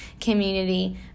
community